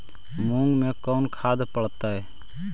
मुंग मे कोन खाद पड़तै है?